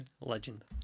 legend